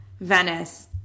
Venice